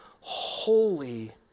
holy